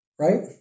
Right